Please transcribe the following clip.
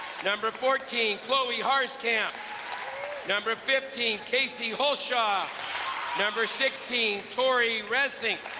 number fourteen, chloe harskamp number fifteen, kacey hulshof number sixteen, tore re rens, inc.